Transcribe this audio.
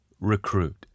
recruit